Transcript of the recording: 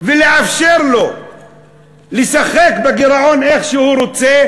ולשחק בגירעון איך שהוא רוצה,